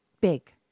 big